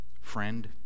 friend